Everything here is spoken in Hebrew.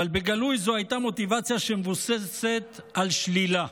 אבל בגלוי זו הייתה מוטיבציה שמבוססת על שלילה,